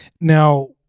now